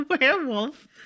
werewolf